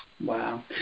Wow